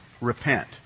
repent